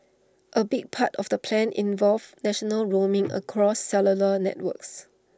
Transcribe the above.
A big part of the plan involves national roaming across cellular networks